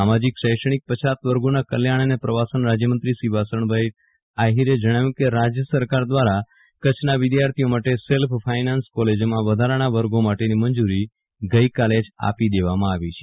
સામાજીક શૈક્ષણિક પછાત વર્ગોના કલ્યાણ અને પ્રવાસન રાજયમંત્રી શ્રી વાસણભાઈ આહિરે જણાવ્યું હતું કે રાજય સરકાર દ્વારા કચ્છના વિદ્યાર્થીઓ માટે સેલ્ફ ફાયનાન્સ કોલેજોમાં વધારાના વર્ગો માટેની મંજૂરી ગઇકાલે જ આપી દેવામાં આવી છે